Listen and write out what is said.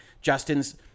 Justin's